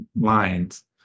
lines